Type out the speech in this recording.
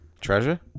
treasure